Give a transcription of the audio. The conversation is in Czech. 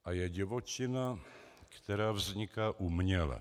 A je divočina, která vzniká uměle.